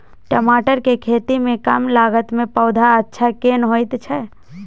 टमाटर के खेती में कम लागत में पौधा अच्छा केना होयत छै?